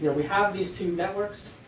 yeah we have these two networks